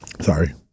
Sorry